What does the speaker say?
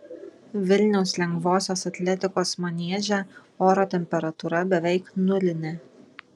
vilniaus lengvosios atletikos manieže oro temperatūra beveik nulinė